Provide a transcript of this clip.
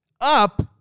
Up